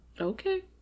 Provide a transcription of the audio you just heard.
Okay